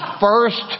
first